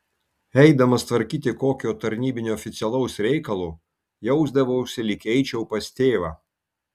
eidamas tvarkyti kokio tarnybinio oficialaus reikalo jausdavausi lyg eičiau pas tėvą